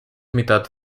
mitad